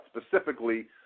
specifically